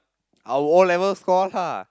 or O-level scores lah